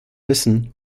wissen